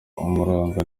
umuranga